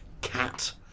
cat